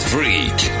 Freak